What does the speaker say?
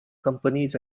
companies